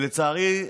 לצערי,